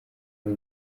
ari